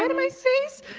and my so face.